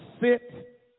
sit